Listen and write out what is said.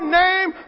name